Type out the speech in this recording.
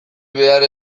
behar